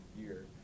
year